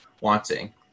wanting